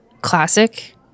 classic